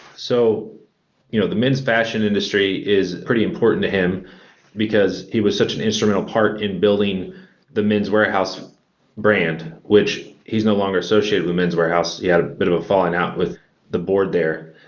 so you know the men's fashion industry is pretty important to him because he was such an instrumental part in building the men's wearhouse brand which he's no longer associated with men's wearhouse. he had a bit of a fallen out with the board there.